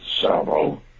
Salvo